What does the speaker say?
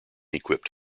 equipped